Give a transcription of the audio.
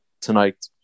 tonight